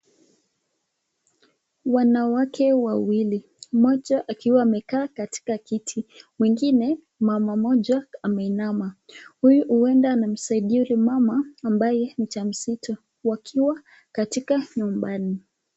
Wanawake wawili. Mmoja akiwa amekaa katika kiti, mwingine, mama mmoja ameinama. Huyu huenda anamsaidia ule mama ambaye ni mjamzito, wakiwa katika nyumbani.